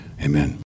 amen